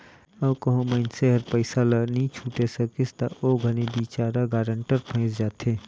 अउ कहों मइनसे हर पइसा ल नी छुटे सकिस ता ओ घनी बिचारा गारंटर फंइस जाथे